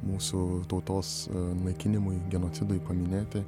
mūsų tautos naikinimui genocidui paminėti